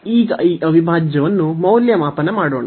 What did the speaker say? ಈಗ ಈ ಅವಿಭಾಜ್ಯವನ್ನು ಮೌಲ್ಯಮಾಪನ ಮಾಡೋಣ